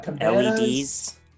LEDs